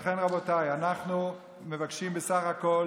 לכן רבותיי, אנחנו מבקשים בסך הכול